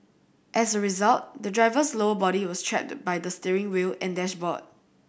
as a result the driver's lower body was trapped by the steering wheel and dashboard